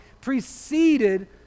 preceded